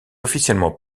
officiellement